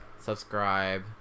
Subscribe